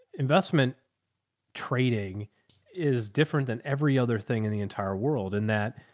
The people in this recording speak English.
investment trading is different than every other thing in the entire world. and that.